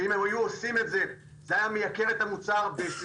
ואם הם היו עושים את זה זה היה מייקר את המוצר בסדרי